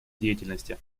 деятельности